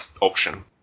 option